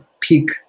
peak